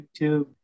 YouTube